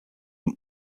from